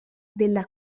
della